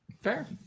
Fair